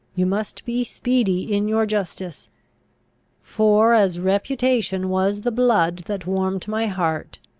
you must be speedy in your justice for, as reputation was the blood that warmed my heart,